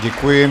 Děkuji.